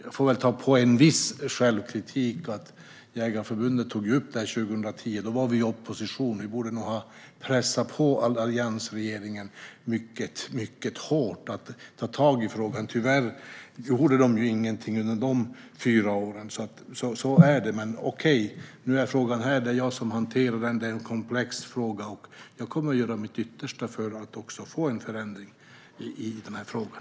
Jag får väl ha viss självkritik i att Jägareförbundet tog upp detta 2010. Då var vi i opposition, och vi borde nog ha pressat alliansregeringen mycket hårt för att den skulle ta tag i frågan. Tyvärr gjorde alliansregeringen ingenting under de fyra åren, och så är det. Men okej - nu är frågan här, och det är jag som hanterar den. Det är en komplex fråga. Jag kommer att göra mitt yttersta för att få en förändring i frågan.